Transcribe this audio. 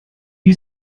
you